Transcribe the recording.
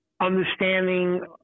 understanding